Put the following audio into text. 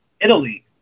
Italy